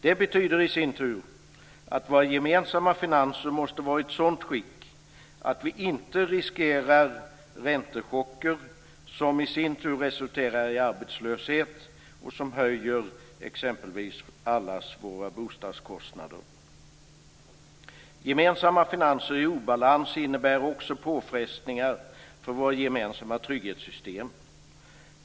Det betyder i sin tur att våra gemensamma finanser måste vara i ett sådant skick att vi inte riskerar räntechocker, som i sin tur resulterar i arbetslöshet och höjer exempelvis allas våra bostadskostnader. Gemensamma finanser i obalans innebär också påfrestningar för våra gemensamma trygghetssystem.